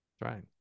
Right